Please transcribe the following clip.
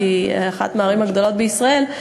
שהיא אחת מהערים הגדולות בישראל,